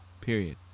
period